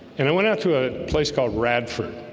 and i went out to a place called radford